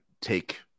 take